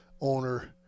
owner